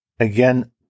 Again